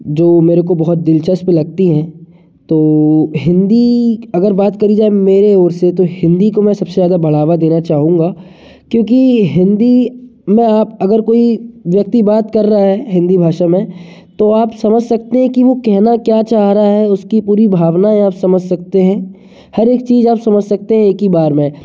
जो मेरे को बहुत दिलचस्प लगती है तो हिंदी अगर बात करी जाए मेरे और से तो हिंदी को मैं सबसे ज़्यादा बढ़ावा देना चाहूँगा क्योंकि हिंदी में आप अगर कोई व्यक्ति बात कर रहा है हिंदी भाषा में तो आप समझ सकते हैं कि वो कहना क्या चाह रहा है उसकी पूरी भावनाएँ आप समझ सकते हैं हर एक चीज आप समझ सकते हैं एक ही बार में